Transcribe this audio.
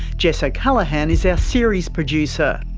jess o'callaghan is our series producer,